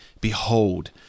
Behold